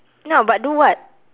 ya but do what